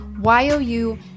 Y-O-U